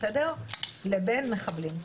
לבין מחבלים.